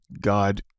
God